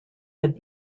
had